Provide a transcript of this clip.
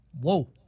Whoa